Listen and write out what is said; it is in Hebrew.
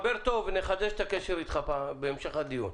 נחדש את הקשר בהמשך הדיון.